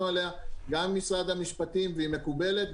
עליה גם עם משרד המשפטים והיא מקובלת,